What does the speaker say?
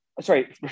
sorry